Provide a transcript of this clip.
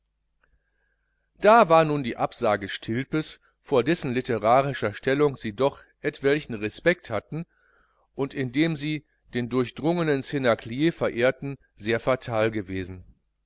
da war nun die absage stilpes vor dessen literarischer stellung sie doch etwelchen respekt hatten und in dem sie den durchgedrungenen cnaclier verehrten sehr fatal gewesen